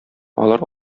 алар